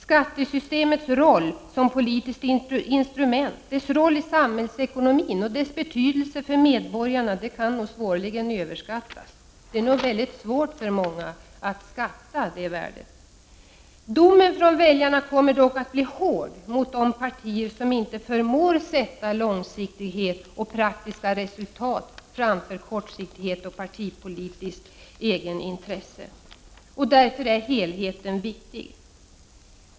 Skattesystemets roll som politiskt instrument, dess roll i samhällsekonomin och dess betydelse för medborgarna kan svårligen överskattas. Det är nog mycket svårt för många att skatta det värdet. Domen från väljarna kommer dock att bli hård mot de partier som inte förmår sätta långsiktighet och praktiska resultat framför kortsiktighet och partipolitiskt egenintresse. Därför är helheten viktig.